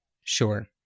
sure